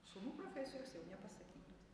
sūnų profesijos jau nepasakytų